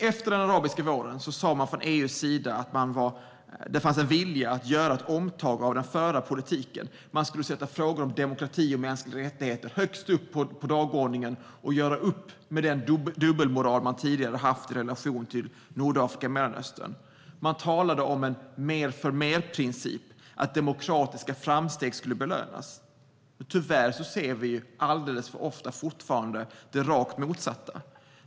Efter den arabiska våren sa man från EU:s sida att det fanns en vilja att göra ett omtag av den förda politiken. Man skulle sätta frågor om demokrati och mänskliga rättigheter högst upp på dagordningen och göra upp med den dubbelmoral som tidigare hade funnits i relation till Nordafrika och Mellanöstern. Man talade om en mer-för-mer-princip, att demokratiska framsteg skulle belönas. Tyvärr ser vi fortfarande alldeles för ofta det rakt motsatta.